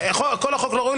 כל החוק לא ראוי,